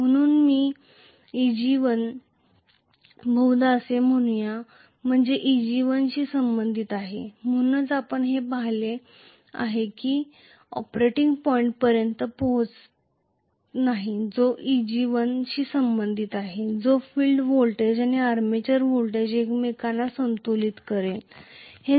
म्हणून Eg1 बहुधा असे म्हणू या म्हणजे हे Eg1 शी संबंधित आहे म्हणूनच आपण हे पहाल की हे पोहोचेपर्यंत हे घडत राहते जो Eg1 शी संबंधित आहे जेथे फील्ड व्होल्टेज आणि आर्मेचर व्होल्टेज एकमेकांना संतुलितकरतो